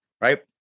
right